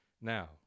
now